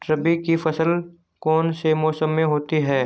रबी की फसल कौन से मौसम में होती है?